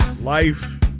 life